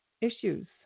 issues